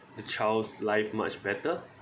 the child's life much better